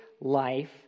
life